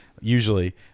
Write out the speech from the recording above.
usually